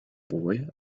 boy